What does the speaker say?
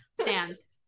stands